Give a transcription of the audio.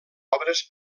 obres